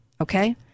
Okay